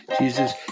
Jesus